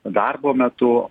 darbo metu